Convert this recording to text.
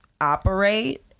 operate